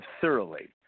thoroughly